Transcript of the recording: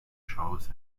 shows